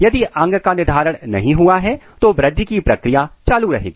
यदि अंग का निर्धारण नहीं हुआ है तो वृद्धि की प्रक्रिया चालू रहेगी